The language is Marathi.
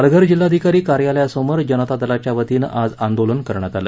पालघर जिल्हाधिकारी कार्यालयासमोर जनता दलाच्या वतीनं आज आंदोलन करण्यात आलं